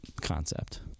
concept